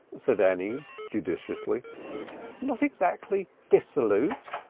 said annie judiciously not exactly dissolute.